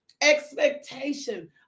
expectation